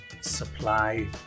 supply